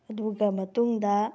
ꯑꯗꯨꯒ ꯃꯇꯨꯡꯗ